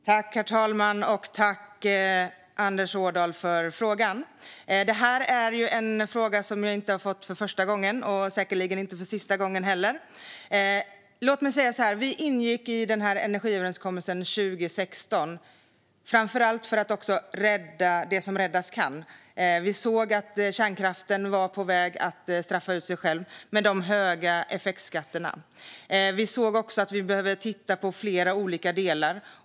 Herr talman! Tack, Anders Ådahl, för frågan! Det här är en fråga som jag inte har fått för första gången och säkerligen heller inte för sista gången. Vi ingick energiöverenskommelsen år 2016 framför allt för att rädda det som räddas kan. Vi såg att kärnkraften var på väg att straffa ut sig själv med de höga effektskatterna. Vi såg också att vi behövde titta på flera olika delar.